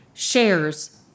shares